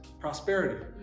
prosperity